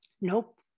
nope